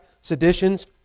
seditions